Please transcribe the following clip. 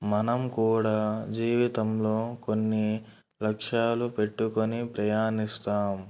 మనం కూడా జీవితంలో కొన్ని లక్ష్యాలు పెట్టుకొని ప్రయాణిస్తాం